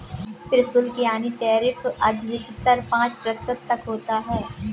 प्रशुल्क यानी टैरिफ अधिकतर पांच प्रतिशत तक होता है